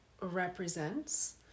represents